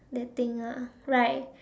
the thing ya like